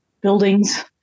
buildings